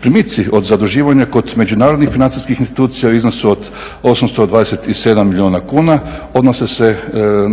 Primici od zaduživanja kod međunarodnih financijskih institucija u iznosu od 627 milijuna kuna odnose se